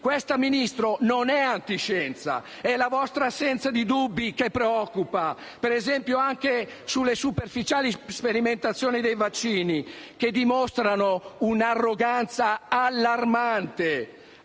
Questa, Ministro, non è antiscienza. È la vostra assenza di dubbi che preoccupa, come - ad esempio - sulle superficiali sperimentazioni dei vaccini, che dimostrano un'arroganza allarmante.